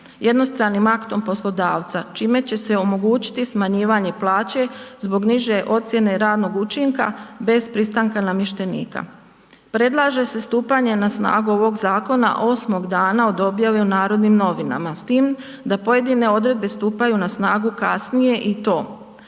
jednostranim aktom poslodavca čime će se omogućiti smanjivanje plaće zbog niže ocjene radnog učinka bez pristanka namještenika. Predlaže se stupanje na snagu ovog Zakona 8. dana od objave u Narodnim novinama s time da pojedine odredbe stupaju na snagu kasnije i to